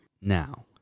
Now